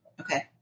Okay